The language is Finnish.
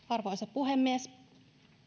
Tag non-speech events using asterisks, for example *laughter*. *unintelligible* arvoisa puhemies